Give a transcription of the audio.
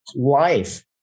life